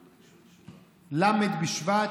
ל' בשבט,